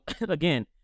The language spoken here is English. again